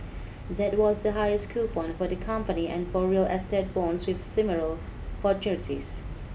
that was the highest coupon for the company and for real estate bonds with similar maturities